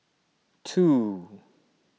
two